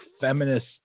feminist